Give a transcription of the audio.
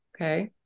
Okay